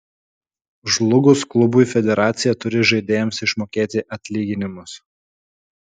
žlugus klubui federacija turi žaidėjams išmokėti atlyginimus